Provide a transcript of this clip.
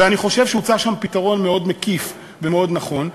ואני חושב שהוצע שם פתרון מאוד מקיף ומאוד נכון.